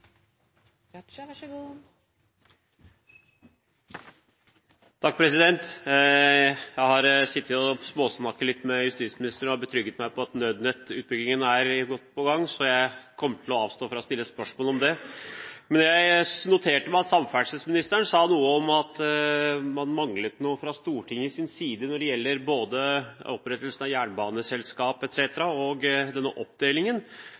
Jeg har sittet og småsnakket litt med justisministeren og har blitt trygg på at nødnettutbyggingen er godt i gang. Så jeg kommer til å avstå fra å stille spørsmål om det. Jeg noterte meg at samferdselsministeren sa noe om at det manglet noe fra Stortingets side når det gjaldt både opprettelsen og oppdelingen av jernbaneselskap.